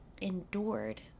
endured